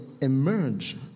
emerge